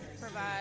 provide